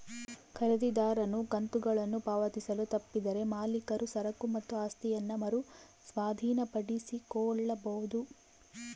ಖರೀದಿದಾರನು ಕಂತುಗಳನ್ನು ಪಾವತಿಸಲು ತಪ್ಪಿದರೆ ಮಾಲೀಕರು ಸರಕು ಮತ್ತು ಆಸ್ತಿಯನ್ನ ಮರು ಸ್ವಾಧೀನಪಡಿಸಿಕೊಳ್ಳಬೊದು